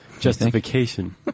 Justification